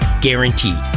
Guaranteed